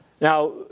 Now